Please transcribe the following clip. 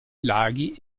laghi